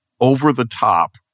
over-the-top